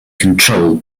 controlled